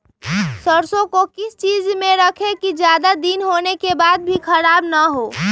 सरसो को किस चीज में रखे की ज्यादा दिन होने के बाद भी ख़राब ना हो?